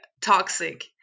toxic